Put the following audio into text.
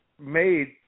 made